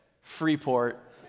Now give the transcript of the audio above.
Freeport